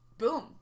Boom